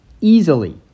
Easily